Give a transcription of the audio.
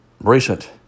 recent